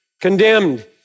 Condemned